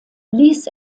ließ